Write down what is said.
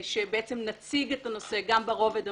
שבו בעצם נציג את הנושא גם ברובד הממשלתי,